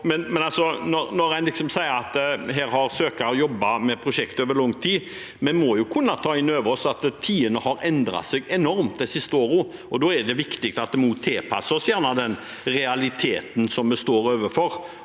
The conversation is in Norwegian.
Når en sier at her har søker jobbet med prosjektet over lang tid, må vi jo kunne ta inn over oss at tidene har endret seg enormt de siste årene, og da er det viktig at vi også tilpasser oss den realiteten som vi står overfor,